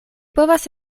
povas